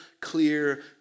clear